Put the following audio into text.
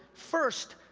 first,